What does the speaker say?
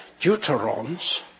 deuterons